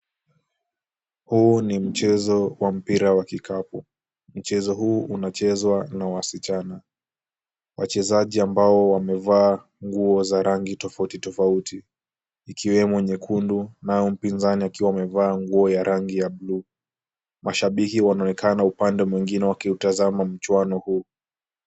Huu ni mchezo wa mpira wa kikapu. Mchezo huu unachezwa na wasichana. Wachezaji ambao wamevaa nguo za rangi tofauti tofauti ikiwemo nyekundu nao mpinzani akiwa amevaa nguo ya rangi ya blue . Mashabiki wanaonekana upande mwingine wakiutazama mchuano huu.